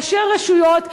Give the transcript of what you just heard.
ראשי הרשויות,